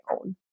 own